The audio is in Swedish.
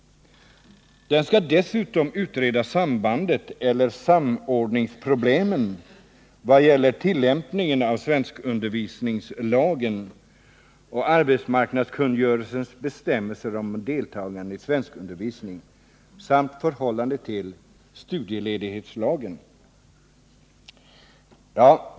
Den skall dessutom utreda sambandet mellan eller samord ningsproblemen när det gäller tillämpningen av svenskundervisningslagen och arbetsmarknadskungörelsens bestämmelser om deltagande i svenskundervisning samt förhållandet till studieledighetslagen.